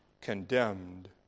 condemned